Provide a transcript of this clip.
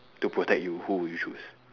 to protect you who would you choose